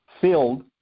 filled